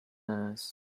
nurse